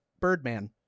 Birdman